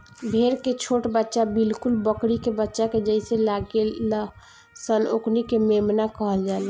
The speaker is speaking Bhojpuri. भेड़ के छोट बच्चा बिलकुल बकरी के बच्चा के जइसे लागेल सन ओकनी के मेमना कहल जाला